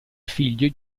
figlio